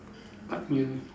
but you